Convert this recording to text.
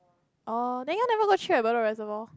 orh then you all never go chill at Bedok Reservoir